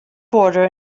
border